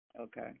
Okay